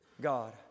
God